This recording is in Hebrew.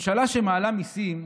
ממשלה שמעלה מיסים,